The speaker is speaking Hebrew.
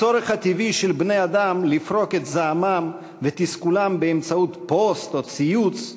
הצורך הטבעי של בני-אדם לפרוק את זעמם ותסכולם באמצעות פוסט או ציוץ,